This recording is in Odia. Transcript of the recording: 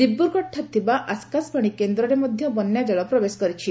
ଦିବ୍ରଗଡଠାରେ ଥିବା ଆକାଶବାଣୀ କେନ୍ଦ୍ରରେ ମଧ୍ୟ ବନ୍ୟାଜଳ ପ୍ରବେଶ କରିଛି